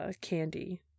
candy